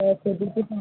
ତ ଖୋଜିକି